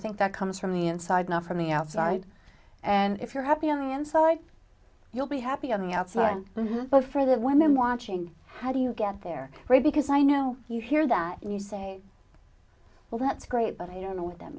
think that comes from the inside not from the outside and if you're happy and so i you'll be happy on the outside but for the women watching how do you get there right because i know you hear that and you say well that's great but i don't know what that